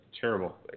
Terrible